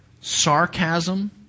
Sarcasm